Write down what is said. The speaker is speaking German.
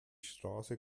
straße